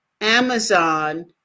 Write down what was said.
Amazon